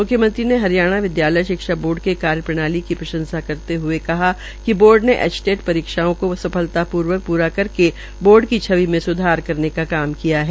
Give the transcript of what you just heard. मुख्यमंत्री ने हरियाणा विदयालय शिक्षा बोर्ड के कार्यप्रणाली की प्रशंसा करते हए कहा कि बोर्ड ने एचटेट परीक्षाओं को सफलतापूर्वक पूरा करके बोर्ड की छवि में सुधार करने का काम किया है